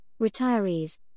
retirees